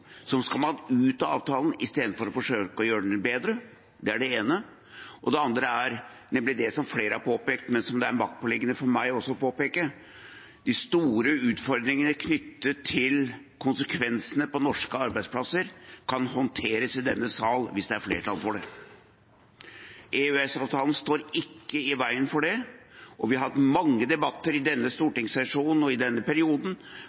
man ut av avtalen i stedet for å forsøke å gjøre den bedre. Det er det ene. Det andre er det som flere har påpekt, men som det er maktpåliggende for meg også å påpeke, at de store utfordringene som er knyttet til konsekvensene for norske arbeidsplasser, kan håndteres i denne salen hvis det er flertall for det. EØS-avtalen står ikke i veien for det, og vi har hatt mange debatter i denne stortingssesjonen og i denne perioden